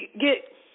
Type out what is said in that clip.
get